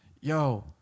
yo